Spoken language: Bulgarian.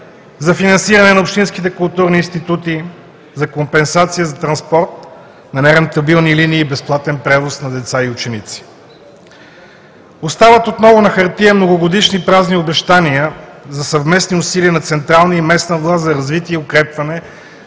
за финансиране на общинските културни институти, за компенсация за транспорт на нерентабилни линии и безплатен превоз на деца и ученици. Остават отново на хартия многогодишни празни обещания за съвместни усилия на централна и местна власт за развитие и укрепване